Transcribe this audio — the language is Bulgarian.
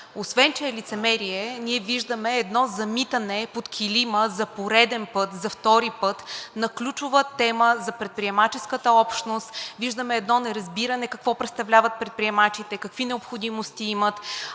Освен че е лицемерие, ние виждаме едно замитане под килима за пореден път, за втори път, на ключова тема за предприемаческата общност, виждаме едно неразбиране какво представляват предприемачите, какви необходимости имат,